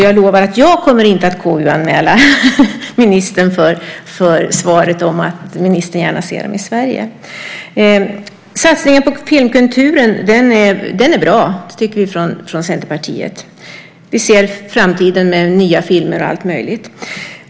Jag lovar att jag inte kommer att KU-anmäla ministern för svaret att ministern gärna ser dem i Sverige. Satsningen på filmkulturen är bra, tycker vi från Centerpartiet. Vi ser en framtid med nya filmer och allt möjligt.